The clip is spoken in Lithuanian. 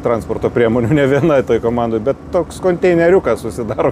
transporto priemonių ne viena toj komandoj bet toks konteineriukas susidaro